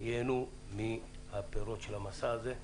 ייהנו מהפירות של המסע הזה.